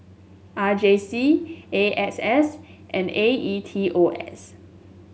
R J C A S S and A E T O S